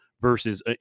versus